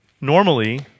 Normally